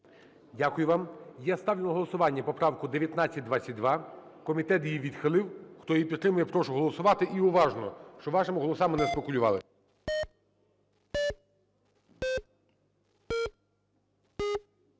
Дякую вам. Я ставлю на голосування поправку 1922. Комітет її відхилив. Хто її підтримує, прошу голосувати. І уважно, щоб вашими голосами не спекулювали.